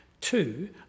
Two